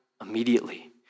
immediately